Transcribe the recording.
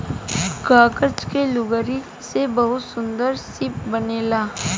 कागज के लुगरी से बहुते सुन्दर शिप बनेला